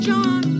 John